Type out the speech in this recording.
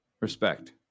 Respect